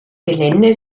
gelände